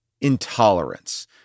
intolerance